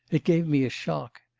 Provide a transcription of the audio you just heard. it gave me a shock.